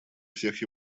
всех